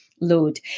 Load